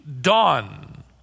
dawn